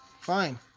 Fine